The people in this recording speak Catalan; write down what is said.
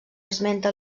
esmenta